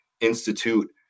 institute